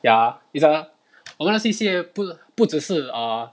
ya it's a 我们的 C_C_A 不不只是 err